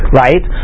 right